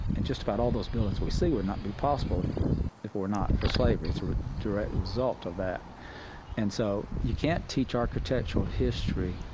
and just about all those buildings we see, would not be possible if it were not for slavery. it's a direct result of that and so you can't teach architectural history